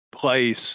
place